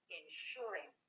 ensuring